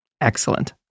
Excellent